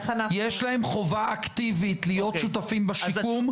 יש להם חובה אקטיבית להיות שותפים בשיקום,